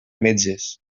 metges